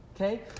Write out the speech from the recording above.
Okay